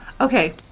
Okay